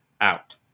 out